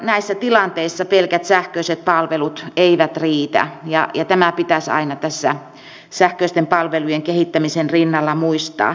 näissä tilanteissä pelkät sähköiset palvelut eivät riitä ja tämä pitäisi aina tässä sähköisten palvelujen kehittämisen rinnalla muistaa